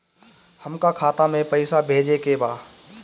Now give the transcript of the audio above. हमका खाता में पइसा भेजे के बा